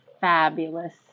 fabulous